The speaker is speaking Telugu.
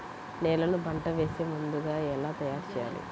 నేలను పంట వేసే ముందుగా ఎలా తయారుచేయాలి?